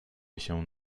się